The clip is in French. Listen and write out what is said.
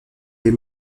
des